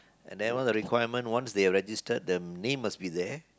and then all the requirements once they are registered the name must be there